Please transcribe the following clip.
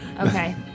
okay